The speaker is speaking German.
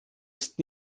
ist